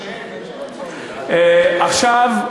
עכשיו,